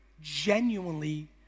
genuinely